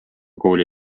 kooli